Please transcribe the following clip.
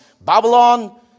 Babylon